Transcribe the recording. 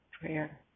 prayer